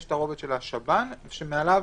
יש הרובד של השב"ן, שמעליו